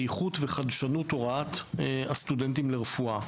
איכות וחדשנות הוראת הסטודנטים לרפואה.